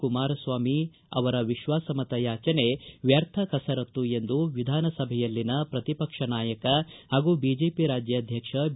ಕುಮಾರಸ್ವಾಮಿ ಅವರ ವಿಶ್ವಾಸಮತ ಯಾಚನೆ ವ್ಯರ್ಥ ಕಸರತ್ತು ಎಂದು ವಿಧಾನಸಭೆಯಲ್ಲಿನ ಪ್ರತಿಪಕ್ಷ ನಾಯಕ ಹಾಗೂ ಬಿಜೆಪಿ ರಾಜ್ಯಾಧ್ವಕ್ಷ ಬಿ